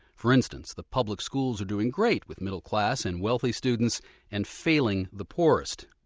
for instance, the public schools are doing great with middle class and wealthy students and failing the poorest.